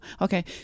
Okay